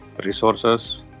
Resources